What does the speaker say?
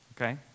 okay